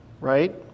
right